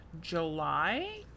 July